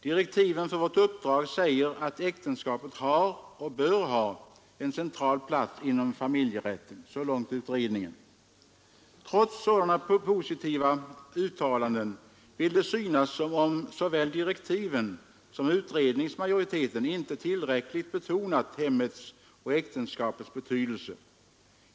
Direktiven för vårt uppdrag säger att äktenskapet har och bör ha en central plats inom familjerätten.” Så långt utredningen. Trots sådana positiva uttalanden vill det synas som om man såväl i direktiven som i utredningsmajoritetens skrivning inte tillräckligt betonat hemmets och äktenskapets betydelse.